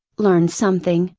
learned something,